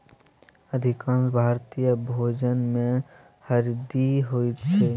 अधिकांश भारतीय भोजनमे हरदि होइत छै